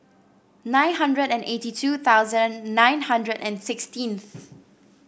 nine hundred and eighty two thousand nine hundred and sixteen